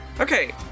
Okay